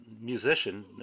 musician